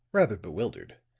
rather bewildered.